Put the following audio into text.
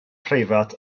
preifat